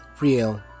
real